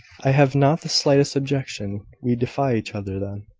i have not the slightest objection. we defy each other, then.